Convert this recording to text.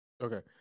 Okay